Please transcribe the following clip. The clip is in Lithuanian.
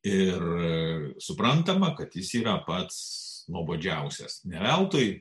ir suprantama kad jis yra pats nuobodžiausias ne veltui